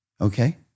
Okay